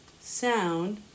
sound